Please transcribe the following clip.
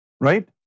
Right